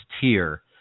tier